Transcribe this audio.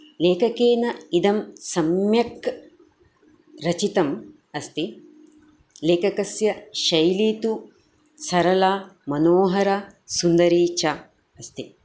लेखकेन इदं सम्यक् रचितम् अस्ति लेखकस्य शैली तु सरला मनोहरा सुन्दरी च अस्ति